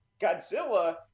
Godzilla